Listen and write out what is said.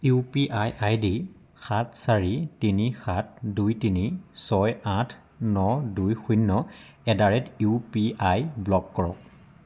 U P I ID সাত চাৰি তিনি সাত দুই তিনি ছয় আঠ ন দুই শূন্য at the rate U P I block কৰক